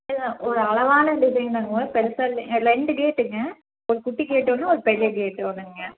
ஏங்க ஒரு அழகான டிசைன்லேங்க பெருசாக இல்லை ரெண்டு கேட்டுங்க ஒரு குட்டி கேட்டு ஒன்று ஒரு பெரிய கேட்டு ஒன்றுங்க